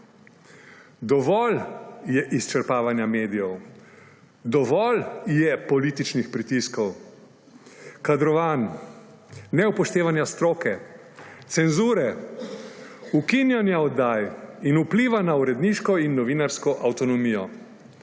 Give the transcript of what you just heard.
Dovolj je izčrpavanja medijev, dovolj je političnih pritiskov, kadrovanj, neupoštevanja stroke, cenzure, ukinjanja oddaj in vpliva na uredniško in novinarsko avtonomijo.